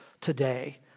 today